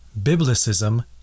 Biblicism